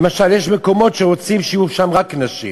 למשל, יש מקומות שרוצים שיהיו שם רק נשים,